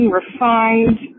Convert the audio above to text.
refined